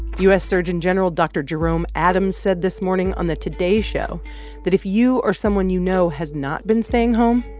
u s. surgeon general dr. jerome adams said this morning on the today show that if you or someone you know has not been staying home,